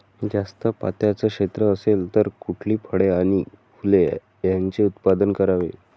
जास्त पात्याचं क्षेत्र असेल तर कुठली फळे आणि फूले यांचे उत्पादन करावे?